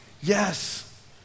Yes